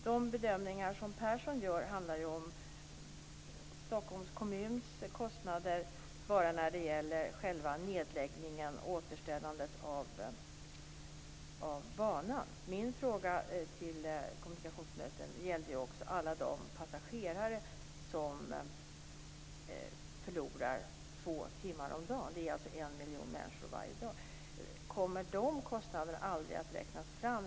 De bedömningar som Persson gör handlar ju om Stockholms kommuns kostnader enbart för själva nedläggningen och återställandet av banan. Min fråga till kommunikationsministern gällde också alla de passagerare som förlorar två timmar om dagen. Det är alltså 1 miljon människor varje dag. Kommer de kostnaderna aldrig att räknas fram?